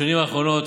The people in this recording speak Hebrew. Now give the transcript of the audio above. בשנים האחרונות,